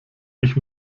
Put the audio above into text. ich